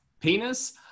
penis